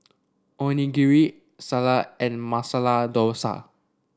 Onigiri Salsa and Masala Dosa